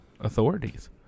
authorities